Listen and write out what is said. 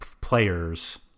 players